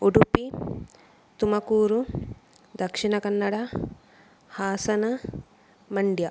Udupi Tumakuru Dakshina Kannada Hassan Mandya